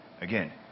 again